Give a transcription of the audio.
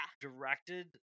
directed